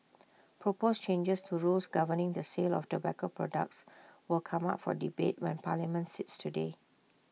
proposed changes to rules governing the sale of tobacco products will come up for debate when parliament sits today